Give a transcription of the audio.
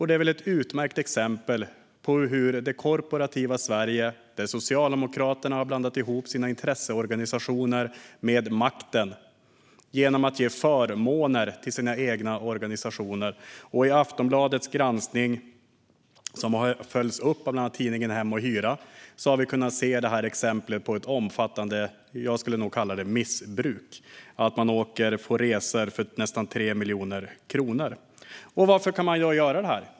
Det är väl ett utmärkt exempel på det korporativa Sverige, där Socialdemokraterna har blandat ihop sina intresseorganisationer med makten genom att ge förmåner till sina egna organisationer. I Aftonbladets granskning, som har följts upp av bland andra tidningen Hem & Hyra, har vi kunnat se detta exempel på ett omfattande missbruk, skulle jag nog kalla det, där man åker på resor för nästan 3 miljoner kronor. Varför kan man då göra detta?